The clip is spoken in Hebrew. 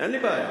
ספק